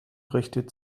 richtet